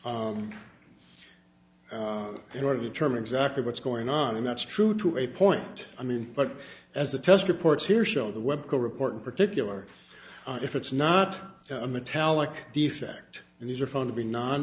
in order to determine exactly what's going on and that's true to a point i mean but as a test reports here show the web to report in particular if it's not a metallic defect and these are found to be